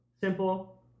Simple